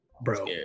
Bro